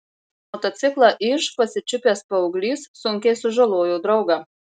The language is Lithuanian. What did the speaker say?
motociklą iž pasičiupęs paauglys sunkiai sužalojo draugą